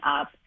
up